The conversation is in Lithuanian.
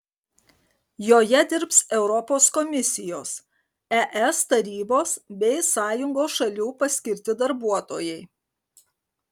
joje dirbs europos komisijos es tarybos bei sąjungos šalių paskirti darbuotojai